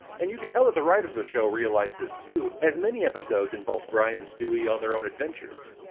and you can tell, that the writers of the show realized this too, as many episodes involve brian and stewie on their own adventures.